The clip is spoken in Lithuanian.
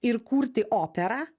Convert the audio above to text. ir kurti operą